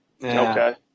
Okay